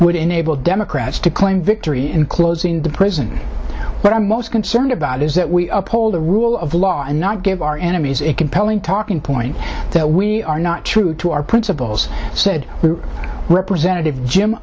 would enable democrats to claim victory in closing the prison what i'm most concerned about is that we uphold the rule of law and not give our enemies a compelling talking point that we are not true to our principles said representative jim